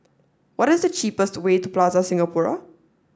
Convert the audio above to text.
what is the cheapest way to Plaza Singapura